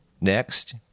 Next